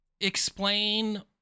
explain